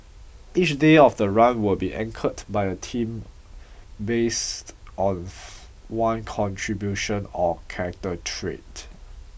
each day of the run will be anchored by a theme based of one contribution or character trait